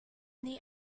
many